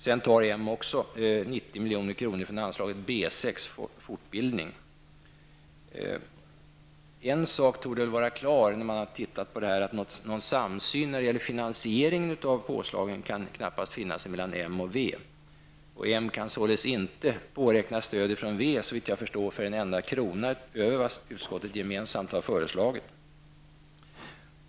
Moderaterna tar också 90 milj.kr. från anslaget B 6, fortbildning. En sak torde väl vara klar efter att man har tittat på dessa siffror, nämligen att någon samsyn när det gäller finansieringen av påslagen knappast kan finnas mellan moderaterna och vänsterpartiet. Moderaterna kan således inte såvitt jag förstår påräkna stöd från vänsterpartiet för en enda krona utöver vad utskottet gemensamt har föreslagit.